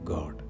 God